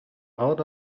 out